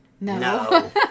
no